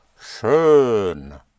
schön